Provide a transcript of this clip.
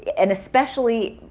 and especially,